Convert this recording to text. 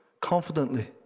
Confidently